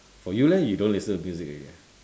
for you leh you don't listen to music already ah